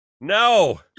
No